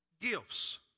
gifts